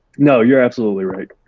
no, you're absolutely right.